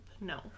No